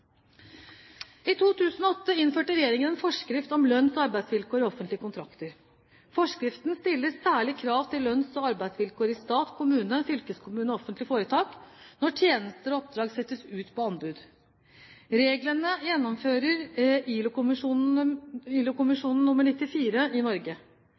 I 2008 innførte regjeringen en forskrift om lønns- og arbeidsvilkår i offentlige kontrakter. Forskriften stiller særlige krav til lønns- og arbeidsvilkår i stat, kommune, fylkeskommune og offentlige foretak når tjenester og oppdrag settes ut på anbud. Reglene gjennomfører ILO-konvensjon nr. 94 i Norge.